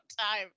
time